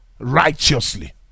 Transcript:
Righteously